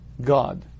God